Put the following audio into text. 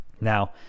Now